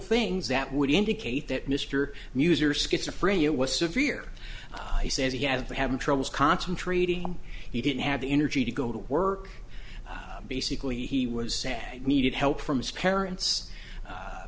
things that would indicate that mr muser schizophrenia was severe he says he had been having troubles concentrating he didn't have the energy to go to work basically he was sad and needed help from his parents a